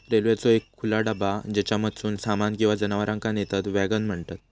रेल्वेचो एक खुला डबा ज्येच्यामधसून सामान किंवा जनावरांका नेतत वॅगन म्हणतत